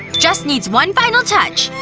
just needs one final touch!